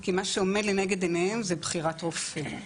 כי מה שעומד לנגד עיניהם היא בחירת הרופא.